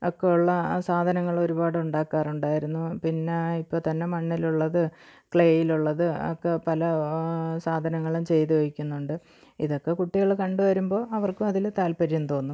ഒക്കെ ഉള്ള സാധനങ്ങളൊരുപാട് ഉണ്ടാക്കാറുണ്ടായിരുന്നു പിന്നെ ഇപ്പം തന്നെ മണ്ണിലുള്ളത് ക്ലേയിലുള്ളത് ഒക്കെ പല സാധനങ്ങളും ചെയ്ത് വക്കുന്നുണ്ട് ഇതൊക്കെ കുട്ടികൾ കണ്ട് വരുമ്പോൾ അവർക്കും അതിൽ താൽപ്പര്യം തോന്നും